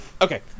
Okay